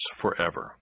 forever